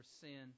sin